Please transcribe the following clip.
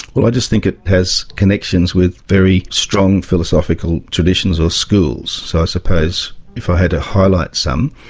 well i just think it has connections with very strong philosophical traditions or schools, so i suppose if i had to highlight some,